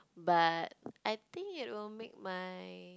but I think it will make my